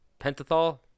Pentothal